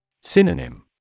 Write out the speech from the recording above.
Synonym